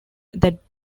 that